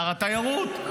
שר התיירות,